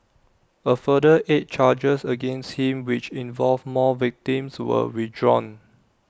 A further eight charges against him which involved more victims were withdrawn